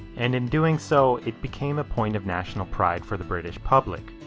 and in doing so, it became a point of national pride for the british public.